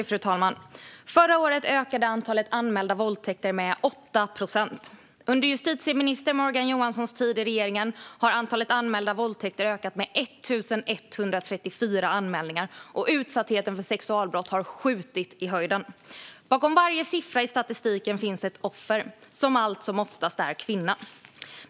Fru talman! Förra året ökade antalet anmälda våldtäkter med 8 procent. Under justitieminister Morgan Johanssons tid i regeringen har antalet anmälda våldtäkter ökat med 1 134 anmälningar, och utsattheten för sexualbrott har skjutit i höjden. Bakom varje siffra i statistiken finns ett offer, som allt som oftast är en kvinna.